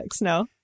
no